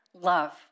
love